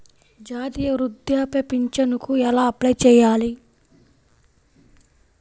జాతీయ వృద్ధాప్య పింఛనుకి ఎలా అప్లై చేయాలి?